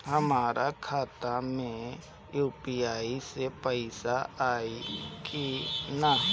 हमारा खाता मे यू.पी.आई से पईसा आई कि ना?